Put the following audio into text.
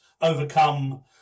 overcome